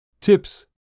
Tips